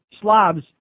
slobs